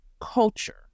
culture